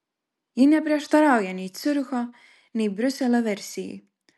ji neprieštarauja nei ciuricho nei briuselio versijai